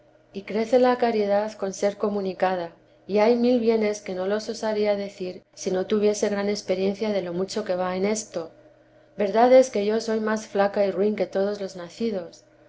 y crece la caridad con ser comunicada y hay mil bienes que no los osaría decir si no tuviese gran experiencia de lo mucho que va en esto verdad es que yo soy más flaca y ruin que todos los nacidos